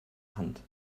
hand